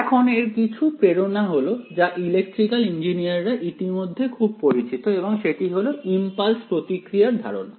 এখন এর কিছু প্রেরণা হল যা ইলেকট্রিক্যাল ইঞ্জিনিয়াররা ইতিমধ্যে খুব পরিচিত এবং সেটি হল ইমপালস প্রতিক্রিয়ার ধারণা